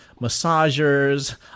massagers